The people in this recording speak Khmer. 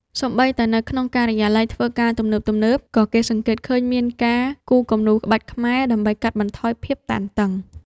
សូម្បីតែនៅក្នុងការិយាល័យធ្វើការទំនើបៗ ក៏គេសង្កេតឃើញមានការគូរគំនូរក្បាច់ខ្មែរដើម្បីកាត់បន្ថយភាពតានតឹង។